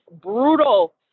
brutal